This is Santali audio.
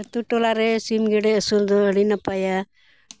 ᱟᱛᱳ ᱴᱚᱞᱟᱨᱮ ᱥᱤᱢ ᱜᱮᱰᱮ ᱟᱹᱥᱩᱞ ᱫᱚ ᱟᱹᱰᱤ ᱱᱟᱯᱟᱭᱟ